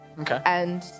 Okay